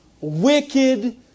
wicked